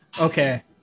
Okay